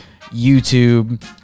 YouTube